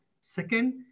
Second